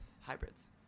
hybrids